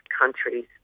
countries